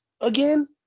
again